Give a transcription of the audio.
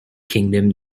kingdom